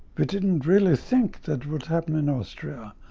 we didn't really think that would happen in austria.